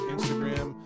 Instagram